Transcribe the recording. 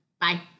Bye